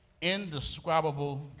indescribable